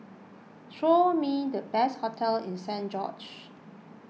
show me the best hotel in Saint George's